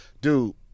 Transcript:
Dude